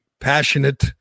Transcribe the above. passionate